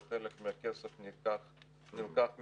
וחלק מהכסף נלקח מקק"ל.